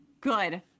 good